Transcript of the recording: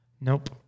Nope